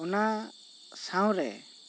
ᱚᱱᱟ ᱥᱟᱶ ᱨᱮ